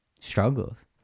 struggles